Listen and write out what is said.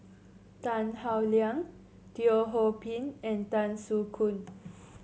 Tan Howe Liang Teo Ho Pin and Tan Soo Khoon